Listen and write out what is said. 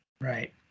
right